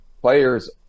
players